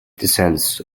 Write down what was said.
descends